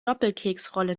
doppelkeksrolle